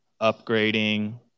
upgrading